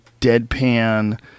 deadpan